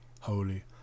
holy